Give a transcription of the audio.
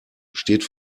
steht